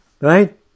Right